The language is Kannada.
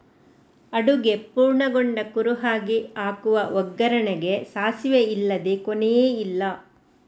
ಅಡುಗೆ ಪೂರ್ಣಗೊಂಡ ಕುರುಹಾಗಿ ಹಾಕುವ ಒಗ್ಗರಣೆಗೆ ಸಾಸಿವೆ ಇಲ್ಲದೇ ಕೊನೆಯೇ ಇಲ್ಲ